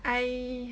I